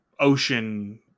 ocean